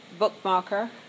bookmarker